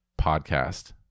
podcast